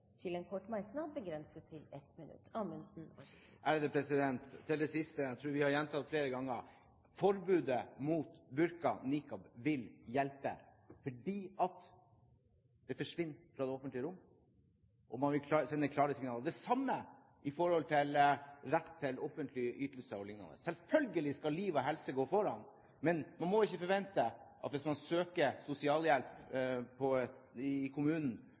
til en kort merknad, begrenset til 1 minutt. Til det siste: Jeg tror vi har gjentatt flere ganger: Forbudet mot burka og niqab vil hjelpe fordi disse plaggene da forsvinner fra det offentlige rom, og man vil sende klare signaler. Det samme gjelder rett til bl.a. offentlige ytelser. Selvfølgelig skal liv og helse gå foran, men hvis man søker sosialhjelp fra kommunen, må man ikke forvente at man får det hvis man